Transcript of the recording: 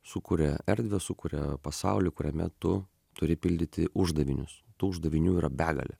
sukuria erdvę sukuria pasaulį kuriame tu turi pildyti uždavinius tų uždavinių yra begalė